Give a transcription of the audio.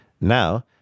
Now